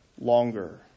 longer